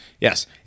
Yes